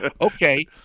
Okay